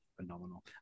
phenomenal